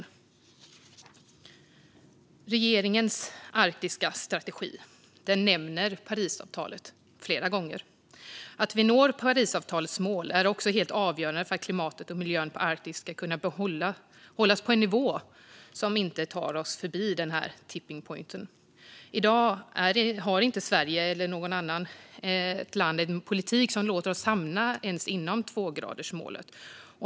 I regeringens arktiska strategi nämns Parisavtalet flera gånger. Att vi når Parisavtalets mål är helt avgörande för att klimatet och miljön i Arktis ska kunna hållas på en nivå som inte tar oss förbi denna tipping point. I dag har inte Sverige eller något annat land en politik som låter oss hamna ens inom tvågradersmålet.